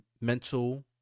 mental